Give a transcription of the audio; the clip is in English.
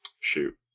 shoot